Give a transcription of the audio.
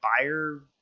buyer